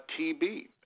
TB